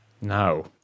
No